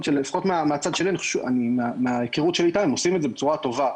שלפחות מההיכרות שלי איתם הם עושים את זה בצורה טובה.